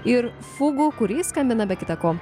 ir fugų kurį skambina be kita ko